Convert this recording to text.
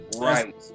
right